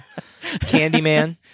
Candyman